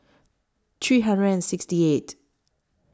three hundred and sixty eight